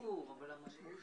ואתם בשדרות